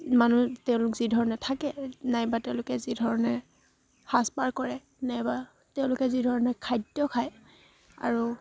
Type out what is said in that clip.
মানুহ তেওঁলোক যিধৰণে থাকে নাইবা তেওঁলোকে যিধৰণে সাজ পাৰ কৰে নাইবা তেওঁলোকে যিধৰণে খাদ্য খায় আৰু